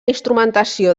instrumentació